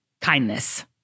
kindness